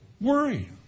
Worry